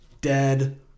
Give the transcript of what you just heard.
Dead